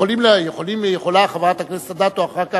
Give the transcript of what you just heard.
יכולה חברת הכנסת אדטו אחר כך,